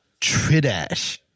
Tridash